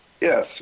Yes